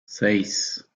seis